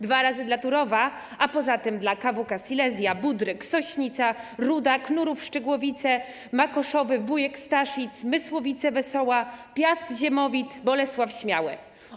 Dwa razy dla Turowa, a poza tym dla: KWK Silesia, Budryk, Sośnica, Ruda, Knurów, Szczygłowice, Makoszowy, Wujek, Staszic, Mysłowice-Wesoła, Piast-Ziemowit, Bolesław Śmiały.